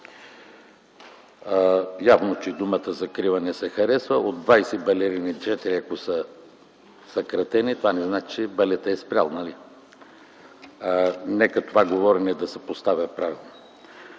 Явно, че думата „закрива” не се харесва. От 20 балерини 4 ако са съкратени, това не значи, че балетът е спрял. Нали? Нека това да се поставя правилно.